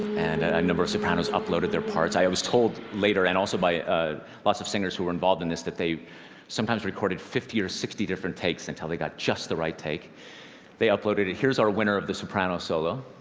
and and a number of sopranos uploaded their parts. i was told later, and also by ah lots of singers who were involved in this, that they sometimes recorded fifty or sixty different takes until they got just the right take they uploaded it. here's our winner of the soprano solo.